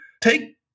take